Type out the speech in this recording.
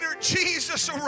Jesus